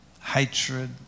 hatred